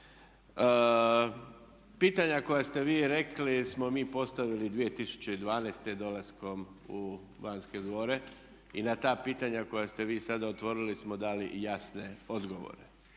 Pitanja koja ste vi rekli smo mi postavili 2012. dolaskom u Banske dvore i na ta pitanja koja ste vi sada otvorili smo dali jasne odgovore